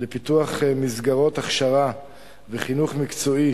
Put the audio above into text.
לפיתוח מסגרות הכשרה וחינוך מקצועי